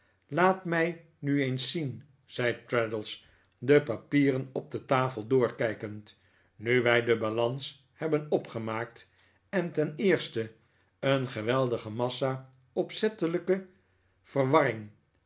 laat mij nu eens zien zei traddles de papieren op de tafel doorkijkend nu wij de balans hebben opgemaakt en ten eerste een geweldige massa opzettelijke verwarring